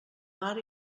mar